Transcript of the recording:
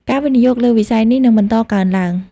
ការវិនិយោគលើវិស័យនេះនឹងបន្តកើនឡើង។